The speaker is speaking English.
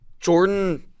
Jordan